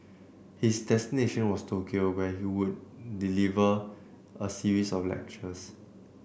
his destination was Tokyo where he would deliver a series of lectures